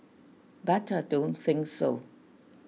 but I don't think so